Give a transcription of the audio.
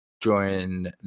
join